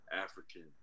African